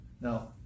Now